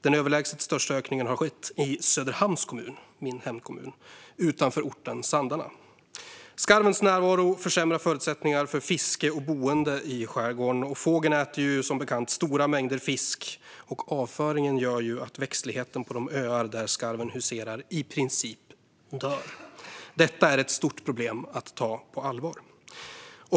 Den överlägset största ökningen har skett i Söderhamns kommun, min hemkommun, utanför orten Sandarne. Skarvens närvaro försämrar förutsättningarna för fiske och boende i skärgården. Fågeln äter som bekant stora mängder fisk, och avföringen gör att växtligheten på de öar där skarven huserar i princip dör. Detta är ett stort problem att ta på allvar.